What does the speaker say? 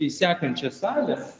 į sekančią salę